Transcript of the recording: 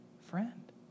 friend